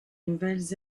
nouvelles